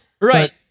right